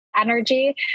energy